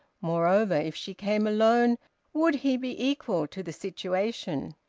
moreover, if she came alone would he be equal to the situation?